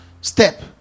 step